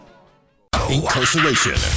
Incarceration